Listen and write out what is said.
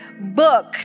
book